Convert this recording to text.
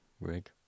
rig